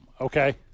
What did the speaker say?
Okay